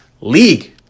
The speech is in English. League